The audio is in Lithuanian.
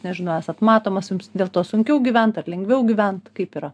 nežinau esat matomas jums dėl to sunkiau gyvent ar lengviau gyvent kaip yra